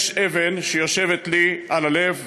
יש אבן שיושבת לי על הלב,